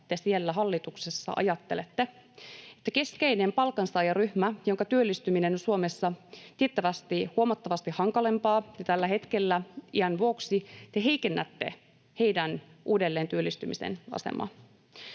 te siellä hallituksessa ajattelette, että keskeisen palkansaajaryhmän, jonka työllistyminen on Suomessa tiettävästi huomattavasti hankalampaa jo tällä hetkellä iän vuoksi, uudelleentyöllistymisen asemaa